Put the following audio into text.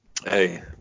hey